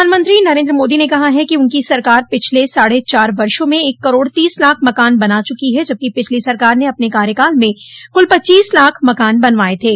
प्रधानमंत्री नरेन्द्र मोदी ने कहा है कि उनकी सरकार पिछले साढ़े चार वर्षो में एक करोड़ तीस लाख मकान बना चुकी है जबकि पिछली सरकार ने अपने कार्यकाल में कुल पच्चीस लाख मकान बनवाय थे